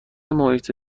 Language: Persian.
محیط